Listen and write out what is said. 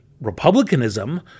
republicanism